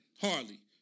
hardly